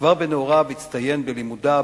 כבר בנעוריו הצטיין בלימודיו,